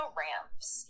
ramps